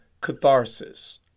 catharsis